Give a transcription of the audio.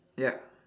ya